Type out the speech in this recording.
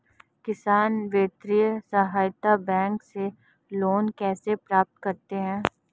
किसान वित्तीय सहायता बैंक से लोंन कैसे प्राप्त करते हैं?